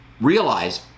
realize